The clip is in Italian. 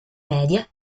media